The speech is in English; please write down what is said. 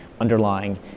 underlying